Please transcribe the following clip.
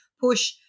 push